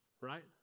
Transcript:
Right